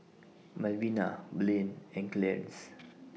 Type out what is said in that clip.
Malvina Blaine and Clarnce